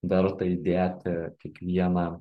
verta įdėti kiekvieną